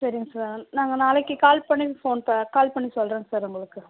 சரிங்க சார் நாங்கள் நாளைக்கு கால் பண்ணி ஃபோன் ப கால் பண்ணி சொல்கிறோங்க சார் உங்களுக்கு